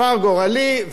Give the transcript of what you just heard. ושמח,